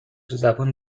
زبون